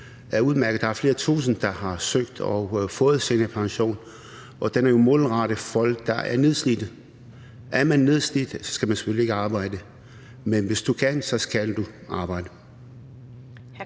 Der er flere tusinde, der har søgt og fået seniorpension. Den er målrettet folk, der er nedslidte. Er man nedslidt, skal man selvfølgelig ikke arbejde. Men hvis du kan, skal du arbejde.